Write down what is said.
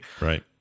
right